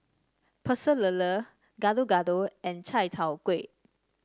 Pecel Lele Gado Gado and Chai Tow Kuay